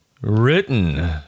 written